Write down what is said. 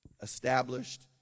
established